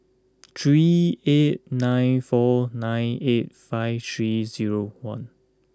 three eight nine four nine eight five three zero one